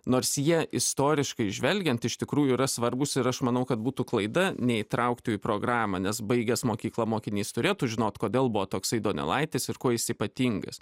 nors jie istoriškai žvelgiant iš tikrųjų yra svarbūs ir aš manau kad būtų klaida neįtraukti į programą nes baigęs mokyklą mokinys turėtų žinot kodėl buvo toksai donelaitis ir kuo jis ypatingas